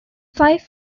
five